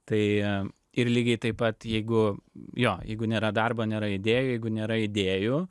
tai ir lygiai taip pat jeigu jo jeigu nėra darbo nėra idėjų jeigu nėra idėjų